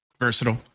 versatile